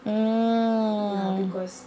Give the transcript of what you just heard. mm